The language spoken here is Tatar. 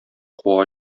куа